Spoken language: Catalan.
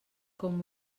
com